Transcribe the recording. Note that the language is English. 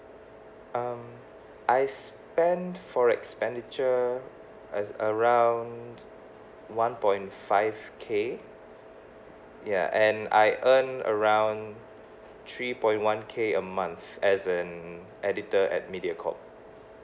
um I spend for expenditure as around one point five K ya and I earn around three point one K a month as an editor at Mediacorp